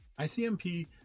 ICMP